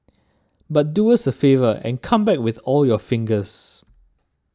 but do us a favour and come back with all your fingers